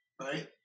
right